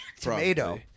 Tomato